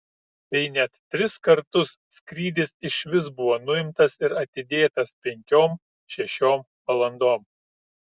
tai net tris kartus skrydis iš vis buvo nuimtas ir atidėtas penkiom šešiom valandom